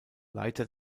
leiter